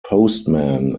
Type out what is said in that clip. postman